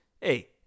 Hey